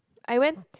I went